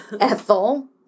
Ethel